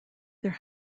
there